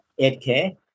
8K